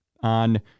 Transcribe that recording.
on